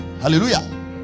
Hallelujah